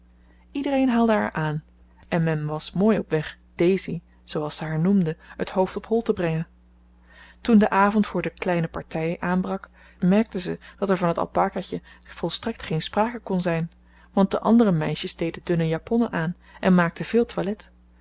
iedereen haalde haar aan en men was mooi op weg daisy zooals ze haar noemden het hoofd op hol te brengen toen de avond voor de kleine partij aanbrak merkte ze dat er van het alpaca'tje volstrekt geen sprake kon zijn want de andere meisjes deden dunne japonnen aan en maakten veel toilet